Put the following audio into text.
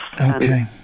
Okay